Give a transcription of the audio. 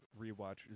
rewatch